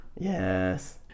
yes